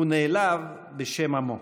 הוא נעלב בשם עמו.